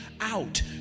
out